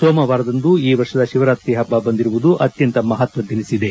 ಸೋಮವಾರದಂದು ಈ ವರ್ಷದ ಶಿವರಾತ್ರಿ ಹಬ್ಬ ಬಂದಿರುವುದು ಅತ್ವಂತ ಮಹತ್ವದ್ದೆನಿಬಿದೆ